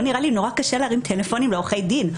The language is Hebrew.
נראה לי שקשה להרים טלפון לעורכי דין.